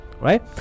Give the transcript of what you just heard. right